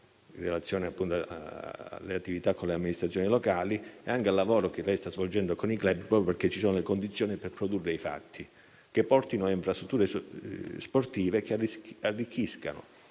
in relazione alle attività con le amministrazioni locali e al lavoro che lei sta svolgendo con i club, proprio perché ci sono le condizioni per produrre i fatti, che portino a infrastrutture sportive e arricchiscano